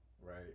right